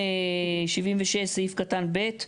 76. סעיף קטן (ב).